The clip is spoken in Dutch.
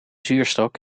zuurstok